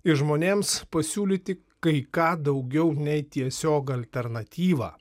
ir žmonėms pasiūlyti kai ką daugiau nei tiesiog alternatyvą